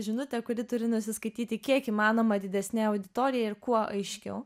žinutė kuri turi nusiskaityti kiek įmanoma didesnei auditorijai ir kuo aiškiau